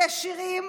אלה שירים